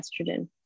estrogen